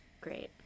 great